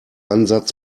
ansatz